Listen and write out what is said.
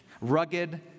rugged